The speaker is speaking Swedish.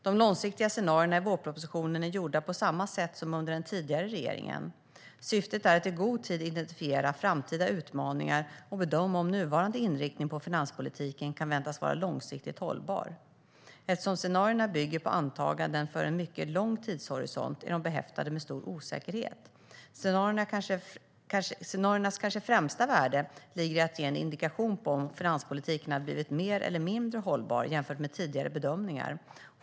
De långsiktiga scenarierna i vårpropositionen är gjorda på samma sätt som under den tidigare regeringen. Syftet är att i god tid identifiera framtida utmaningar och bedöma om nuvarande inriktning på finanspolitiken kan väntas vara långsiktigt hållbar. Eftersom scenarierna bygger på antaganden för en mycket lång tidshorisont är de behäftade med stor osäkerhet. Scenariernas kanske främsta värde ligger i att ge en indikation på om finanspolitiken har blivit mer eller mindre hållbar jämfört med tidigare bedömningar.